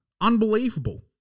Unbelievable